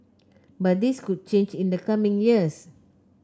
but this could change in the coming years